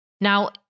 Now